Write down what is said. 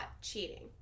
cheating